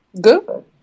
Good